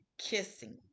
kissing